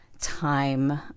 time